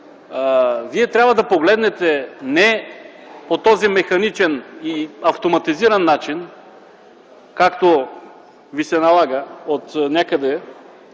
вие трябва да погледнете не по този механичен и автоматизиран начин, както ви се налага отнякъде,